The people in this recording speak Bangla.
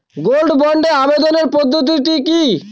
গোল্ড বন্ডে আবেদনের পদ্ধতিটি কি?